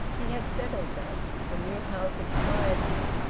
he had settled that. the new house inspired him.